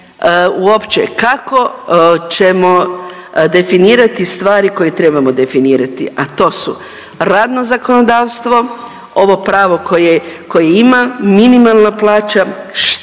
uopće kako ćemo definirati stvari koje trebamo definirati a to su radno zakonodavstvo, ovo pravo koje ima, minimalna plaća. Što to